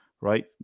right